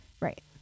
right